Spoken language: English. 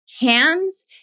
hands